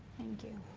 thank you.